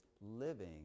living